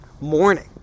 morning